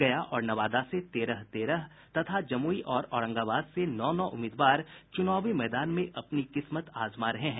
गया और नवादा से तेरह तेरह तथा जमुई और औरंगाबाद से नौ नौ उम्मीदवार चुनावी मैदान में अपनी किस्मत आजमा रहे हैं